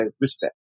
respect